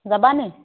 যাবা নি